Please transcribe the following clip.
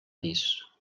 pis